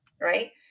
right